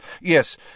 Yes